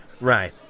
right